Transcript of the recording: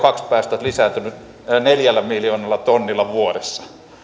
kaksi päästöt lisääntyneet neljällä miljoonalla tonnilla vuodessa